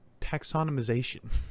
taxonomization